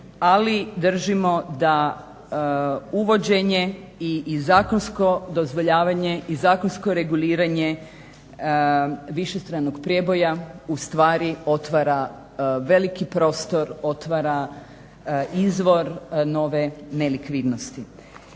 ali držimo da uvođenje, i zakonsko dozvoljavanje, i zakonsko reguliranje višestranog prijeboja ustvari otvara veliki prostor, otvara izvor nove nelikvidnosti.